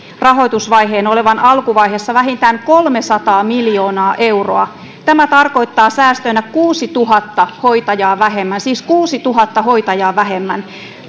rahoitusvajeen olevan alkuvaiheessa vähintään kolmesataa miljoonaa euroa tämä tarkoittaa säästöinä kuusituhatta hoitajaa vähemmän siis kuusituhatta hoitajaa vähemmän